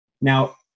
Now